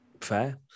Fair